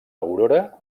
aurora